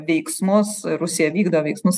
veiksmus rusija vykdo veiksmus